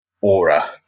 aura